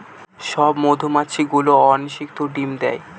সব মধুমাছি গুলো অনিষিক্ত ডিম দেয়